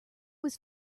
was